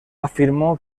afirmó